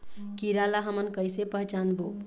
कीरा ला हमन कइसे पहचानबो?